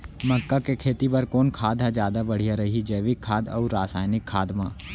मक्का के खेती बर कोन खाद ह जादा बढ़िया रही, जैविक खाद अऊ रसायनिक खाद मा?